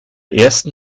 ersten